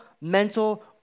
mental